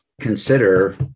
consider